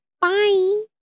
Bye